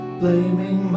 blaming